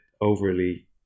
overly